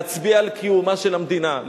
להצביע על קיומה של המדינה.